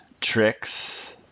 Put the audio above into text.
tricks